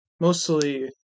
Mostly